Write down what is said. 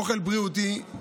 אוכל בריאותי,